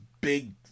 big